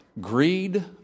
greed